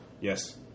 Yes